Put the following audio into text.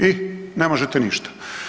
I ne možete ništa.